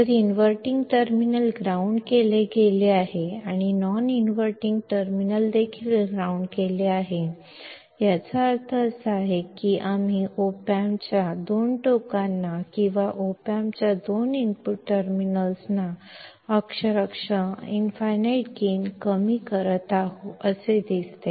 जर inverting terminal ground केले गेले आहे आणि नॉन इनव्हर्टिंग देखील ग्राउंड केले गेले आहे याचा अर्थ असा आहे की आम्ही op amp च्या दोन टोकांना किंवा op amp च्या दोन इनपुट टर्मिनल्सला अक्षरशः इनफाईनाईट गेन कमी करत आहोत असे दिसते